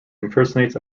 impersonates